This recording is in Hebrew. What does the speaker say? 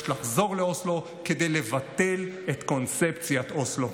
יש לחזור לאוסלו כדי לבטל את קונספציית אוסלו.